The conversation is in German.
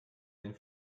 den